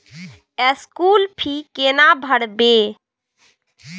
School fee केना भरबै?